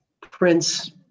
Prince